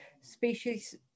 species